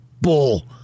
Bull